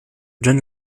john